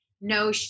no